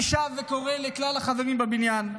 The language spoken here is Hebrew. אני שב וקורא לכלל החברים בבניין,